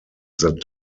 that